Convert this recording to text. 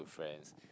friends